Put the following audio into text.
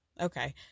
Okay